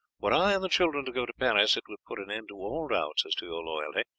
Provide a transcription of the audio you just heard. were i and the children to go to paris it would put an end to all doubts as to your loyalty,